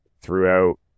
throughout